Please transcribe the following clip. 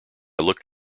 looked